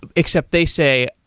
except they say,